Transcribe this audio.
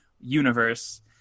universe